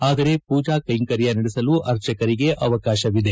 ಆದರೆ ಪೂಜಾ ಕ್ಸೆಂಕರ್ಯ ನಡೆಸಲು ಅರ್ಚಕರಿಗೆ ಅವಕಾಶವಿದೆ